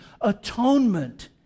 atonement